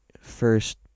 first